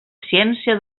ciència